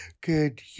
good